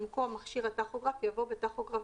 במקום "מכשיר הטכוגרף" יבוא "בטכוגרף